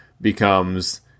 becomes